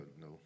No